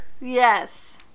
Yes